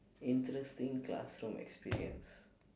interesting classroom experience